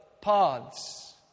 paths